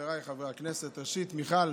חבריי חברי הכנסת, ראשית, מיכל,